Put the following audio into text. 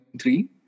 three